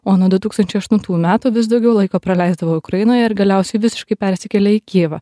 o nuo du tūkstančiai aštuntųjų metų vis daugiau laiko praleisdavo ukrainoje ir galiausiai visiškai persikėlė į kijevą